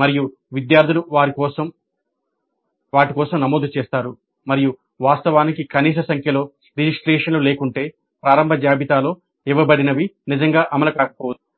మరియు విద్యార్థులు వాటి కోసం నమోదు చేస్తారు మరియు వాస్తవానికి కనీస సంఖ్యలో రిజిస్ట్రన్ట్లు లేకుంటే ప్రారంభ జాబితాలో ఇవ్వబడినవి నిజంగా అమలు కాకపోవచ్చు